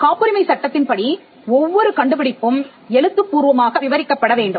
காப்புரிமை சட்டத்தின்படி ஒவ்வொரு கண்டுபிடிப்பும் எழுத்துப்பூர்வமாக விவரிக்கப்பட வேண்டும்